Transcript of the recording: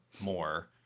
more